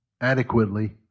adequately